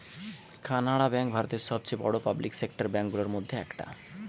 Canara bank ভারতের সবচেয়ে বড়ো পাবলিক সেক্টর ব্যাঙ্ক গুলোর মধ্যে একটা